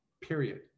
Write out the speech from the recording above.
period